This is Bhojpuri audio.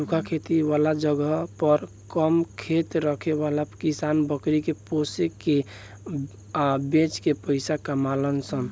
सूखा खेती वाला जगह पर कम खेत रखे वाला किसान बकरी के पोसे के आ बेच के पइसा कमालन सन